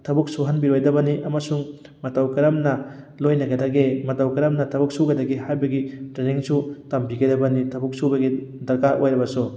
ꯊꯕꯛ ꯁꯨꯍꯟꯕꯤꯔꯣꯏꯗꯕꯅꯤ ꯑꯃꯁꯨꯡ ꯃꯇꯧ ꯀꯔꯝꯅ ꯂꯣꯏꯅꯒꯗꯒꯦ ꯃꯇꯧ ꯀꯔꯝꯅ ꯊꯕꯛ ꯁꯨꯒꯗꯒꯦ ꯍꯥꯏꯕꯒꯤ ꯇ꯭ꯔꯦꯅꯤꯡꯁꯨ ꯇꯝꯕꯤꯒꯗꯕꯅꯤ ꯊꯕꯛ ꯁꯨꯕꯒꯤ ꯗꯔꯀꯥꯔ ꯑꯣꯏꯔꯕꯁꯨ